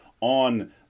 on